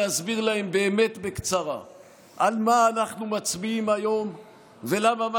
להסביר להם באמת בקצרה על מה אנחנו מצביעים היום ולמה מה